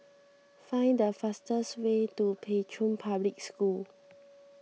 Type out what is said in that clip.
find the fastest way to Pei Chun Public School